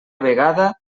vegada